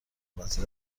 قاضی